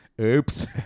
oops